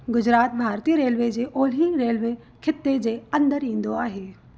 गुजरात भारतीय रेलवे जे ओलिही रेलवे खेत्र जे अंदरि ईंदो आहे